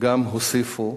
גם הם הוסיפו